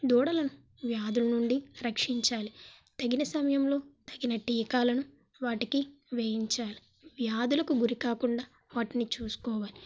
దూడలను వ్యాధుల నుండి రక్షించాలి తగిన సమయంలో తగిన టీకాలను వాటికి వేయించాలి వ్యాధులకు గురి కాకుండా వాటిని చూసుకోవాలి